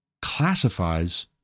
classifies